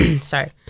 Sorry